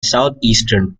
southeastern